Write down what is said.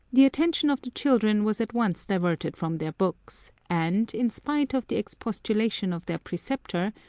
the attention of the children was at once diverted from their books, and, in spite of the expostulation of their preceptor,